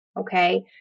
Okay